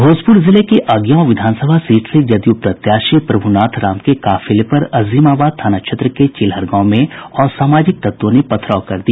भोजपुर जिले की अगिआंव विधानसभा सीट से जदयू प्रत्याशी प्रभुनाथ राम के काफिले पर अजीमाबाद थाना क्षेत्र के चिलहर गांव में असामाजिक तत्वों ने पथराव कर दिया